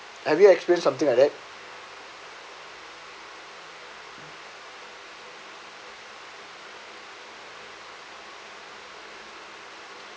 have you experience something like that